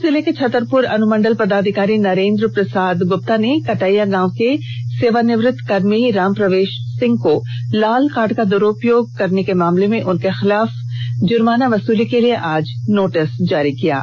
पलामू जिले के छतरपुर अनुमंडल पदाधिकारी नरेंद्र प्रसाद गुप्ता ने कटैया गांव के सेवानिवृत्त कर्मी राम प्रवेश सिंह को लाल कार्ड का उपयोग करने के मामले में उनके खिलाफ सोमवार को जुर्माना वसूली के लिए आज नोटिस जारी किया है